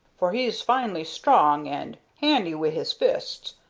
for he's finely strong and handy wi' his fists.